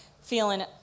feeling